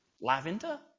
Lavender